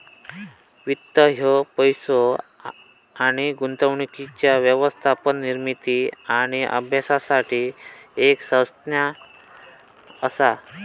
वित्त ह्या पैसो आणि गुंतवणुकीच्या व्यवस्थापन, निर्मिती आणि अभ्यासासाठी एक संज्ञा असा